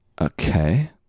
Okay